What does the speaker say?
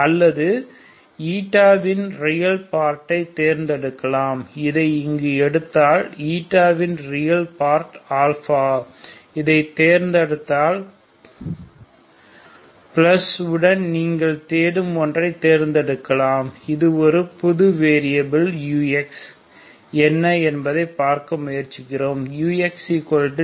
அல்லது in real பார்ட்டை தேர்ந்தெடுக்கலாம் இதை இங்கு எடுத்தால் இன் ரியல் பார்ட் இதை தேர்ந்தெடுத்தாள் பிளஸ் உடன் நீங்கள் தேடும் ஒன்றை தேர்ந்தெடுக்கலாம் இது ஒரு புது வேரியபில் ux என்ன என்பதை பார்க்க முயற்சிக்கிறோம் ux∂u∂α